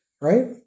Right